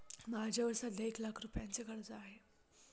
माझ्यावर सध्या एक लाख रुपयांचे कर्ज आहे